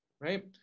Right